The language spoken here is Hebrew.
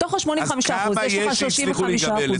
בתוך ה-85 אחוזים יש לך 35 אחוזים שמעשנים גם וגם.